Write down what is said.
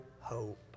hope